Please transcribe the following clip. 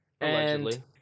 Allegedly